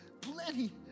plenty